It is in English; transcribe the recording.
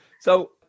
So-